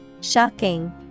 Shocking